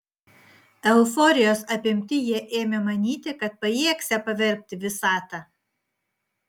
euforijos apimti jie ėmė manyti kad pajėgsią pavergti visatą